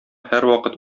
һәрвакыт